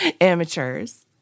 Amateurs